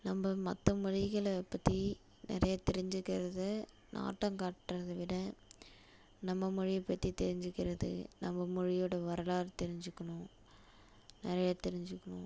நம்ம மற்ற மொழிகளை பற்றி நிறையா தெரிஞ்சுக்கறது நாட்டம் காட்றடுத விட நம்ம மொழியை பற்றி தெரிஞ்சுக்கிறது நம்ம மொழியோடய வரலாறு தெரிஞ்சிக்கணும் நிறைய தெரிஞ்சிக்கணும்